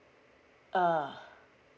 ah